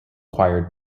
acquired